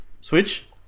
Switch